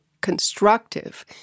constructive